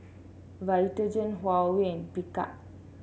Vitagen Huawei and Picard